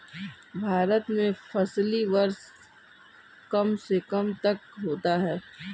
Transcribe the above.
भारत में फसली वर्ष कब से कब तक होता है?